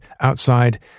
outside